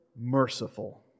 merciful